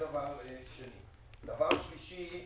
דבר שלישי,